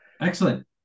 Excellent